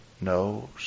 knows